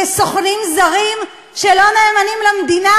כסוכנים זרים שלא נאמנים למדינה,